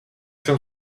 jsem